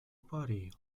party